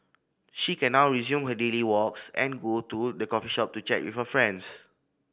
she can now resume her daily walks and go to the coffee shop to chat with friends